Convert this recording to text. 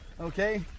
Okay